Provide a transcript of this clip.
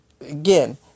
again